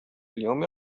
اليوم